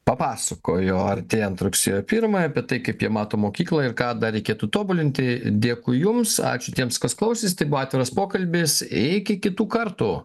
papasakojo artėjant rugsėjo pirmajai apie tai kaip jie mato mokyklą ir ką dar reikėtų tobulinti dėkui jums ačiū tiems kas klausėsi tai buvo atviras pokalbis iki kitų kartų